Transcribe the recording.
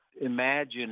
Imagine